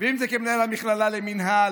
ואם זה כמנהל המכללה למנהל,